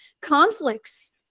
conflicts